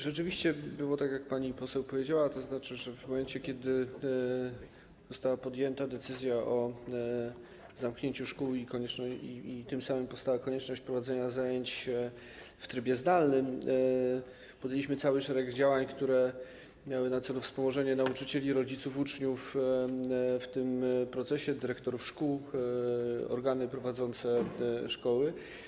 Rzeczywiście było tak, jak pani poseł powiedziała, tzn. w momencie kiedy została podjęta decyzja o zamknięciu szkół i tym samym powstała konieczność prowadzenia zajęć w trybie zdalnym, podjęliśmy cały szereg działań, które miały na celu wspomożenie nauczycieli i rodziców uczniów w tym procesie, dyrektorów szkół, organów prowadzących szkoły.